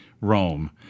Rome